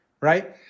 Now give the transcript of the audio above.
Right